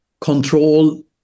control